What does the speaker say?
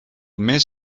mes